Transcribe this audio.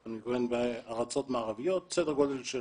אני מתכוון בארצות מערביות, בסדר גודל של